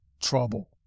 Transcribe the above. trouble